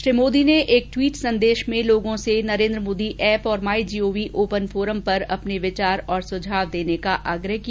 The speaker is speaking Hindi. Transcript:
श्री मोदी ने एक ट्वीट संदेश में लोगों से नरेन्द्र मोदी ऐप और my G O V open forum पर अपने विचार और सुझाव देने का आग्रह किया